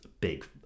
big